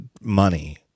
money